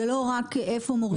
זה לא רק איפה מורידים.